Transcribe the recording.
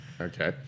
Okay